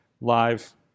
Live